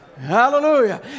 Hallelujah